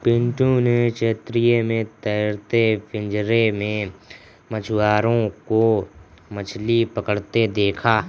पिंटू ने चेन्नई में तैरते पिंजरे में मछुआरों को मछली पकड़ते देखा